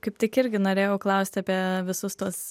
kaip tik irgi norėjau klausti apie visus tuos